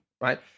right